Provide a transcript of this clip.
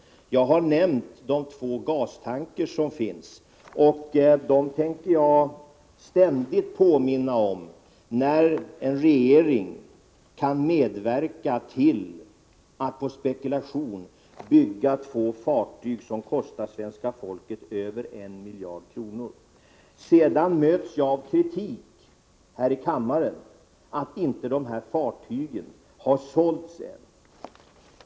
Jag har redan nämnt de två gastankrarna. Dem tänker jag ständigt påminna om. Hur kan en regering medverka till att det, på spekulation, byggs två fartyg som kostar svenska folket över 1 miljard kronor? Jag möts av kritik här i kammaren för att inte dessa fartyg har sålts än.